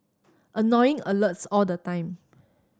annoying alerts all the time